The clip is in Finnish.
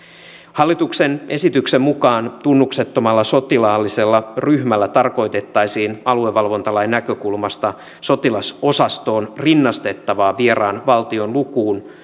hallituksen esityksen mukaan tunnuksettomalla sotilaallisella ryhmällä tarkoitettaisiin aluevalvontalain näkökulmasta sotilasosastoon rinnastettavaa vieraan valtion lukuun